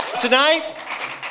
Tonight